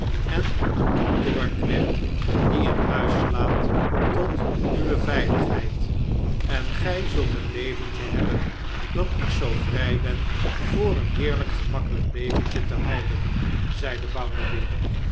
en een kantoorknecht die in huis slaapt tot uwe veiligheid en gij zult een leventje hebben dat ik zoo vrij ben voor een heerlijk gemakkelijk leventje te houden zeide